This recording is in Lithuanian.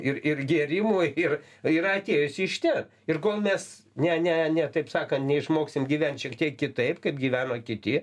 ir ir gėrimui ir yra atėjusi iš ten ir kol mes ne ne ne taip sakant neišmoksim gyvent šiek tiek kitaip kaip gyvena kiti